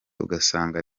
ugasanga